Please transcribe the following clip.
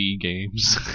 games